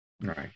Right